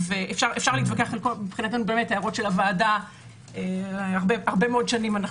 אפשר להתווכח ההערות של הוועדה הרבה מאוד שנים אנחנו